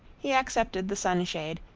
he accepted the sunshade,